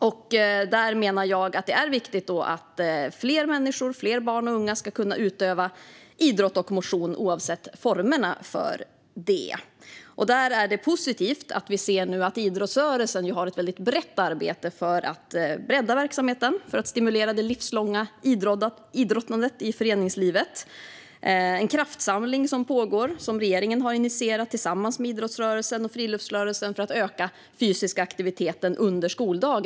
Jag menar att det är viktigt att fler människor, fler barn och unga ska kunna utöva idrott och motion oavsett i vilken form. Därför är det positivt att idrottsrörelsen nu har ett väldigt brett arbete för att bredda verksamheten och stimulera det livslånga idrottandet i föreningslivet. Det pågår en kraftsamling som regeringen har initierat tillsammans med idrottsrörelsen och friluftsrörelsen för att öka den fysiska aktiviteten under skoldagen.